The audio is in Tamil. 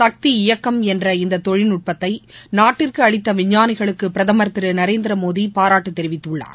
சக்தி இயக்கம் என்ற இந்ததொழில்நுட்பத்தைநாட்டிற்குஅளித்தவிஞ்ஞானிகளுக்குபிரதமர் திருநரேந்திரமோடிபாராட்டுதெரிவித்துள்ளார்